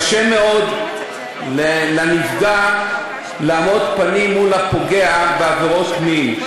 קשה מאוד לנפגע לעמוד פנים אל פנים מול הפוגע בעבירות מין,